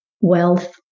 wealth